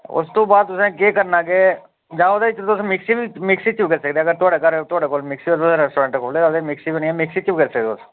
उस तो बाद तुसें केह् करना केह् जां ओह्दे च तुस मिक्सी च बी मिक्सी च बी करी सकदे ओ तुआढ़े घर अगर तुआढ़े घर मिक्सी ऐ तुसें रैस्ट्रां खोह्लै दा ऐ मिक्सी होनी ऐ मिक्सी च बी करी सकदे ओ तुस